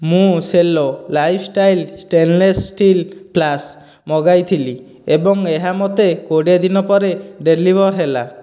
ମୁଁ Cello lifestyle stainless steel flask ମଗାଇଥିଲି ଏବଂ ଏହା ମୋତେ କୋଡ଼ିଏ ଦିନ ପରେ ଡେଲିଭର୍ ହେଲା